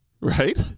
Right